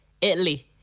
Italy